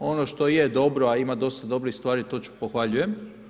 Ono što je dobro, a ima dosta dobrih stvari to pohvaljujem.